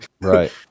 right